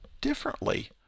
differently